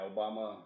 Obama